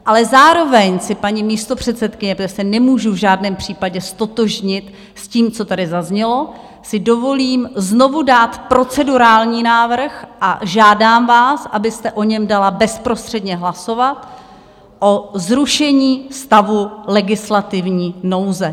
Ale zároveň si, paní místopředsedkyně, protože se nemůžu v žádném případě ztotožnit s tím, co tady zaznělo, dovolím znovu dát procedurální návrh a žádám vás, abyste o něm dala bezprostředně hlasovat, o zrušení stavu legislativní nouze.